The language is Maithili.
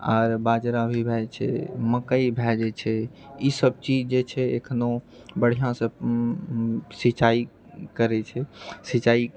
आर बाजरा भी भए जाइत छै मकइ भए जाइत छै ई सब चीज जे छै एखनो बढ़िआँसँ सिंचाइ करैत छै सिंचाइ